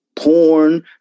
Porn